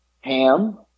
ham